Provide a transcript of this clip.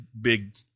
big